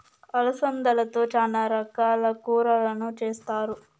అలసందలతో చానా రకాల కూరలను చేస్తారు